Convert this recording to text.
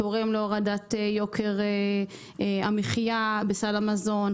תורמת להורדת יוקר המחיה בסל המזון,